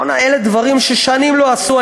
אלה דברים ששנים לא עשו.